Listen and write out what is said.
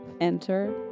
enter